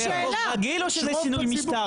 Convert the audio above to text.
זה חוק רגיל או שזה שינוי משטר?